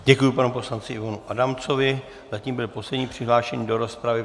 Děkuji panu poslanci Ivanu Adamcovi, zatím byl poslední přihlášený do rozpravy.